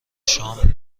شام